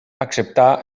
acceptà